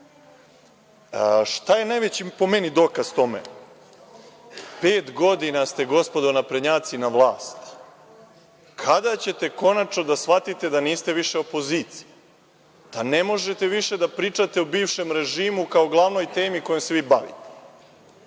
je najveći, po meni, dokaz tome? Pet godina ste, gospodo naprednjaci, na vlasti. Kada ćete konačno da shvatite da niste više opozicija, da ne možete vite da pričate o bivšem režimo kao glavnoj temi kojom se vi bavite?